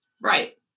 Right